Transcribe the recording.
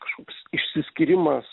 kažkoks išsiskyrimas